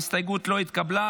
ההסתייגות לא התקבלה.